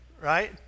Right